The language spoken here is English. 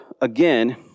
again